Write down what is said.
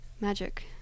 Magic